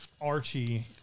Archie